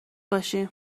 باشیم